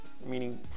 meaning